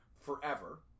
forever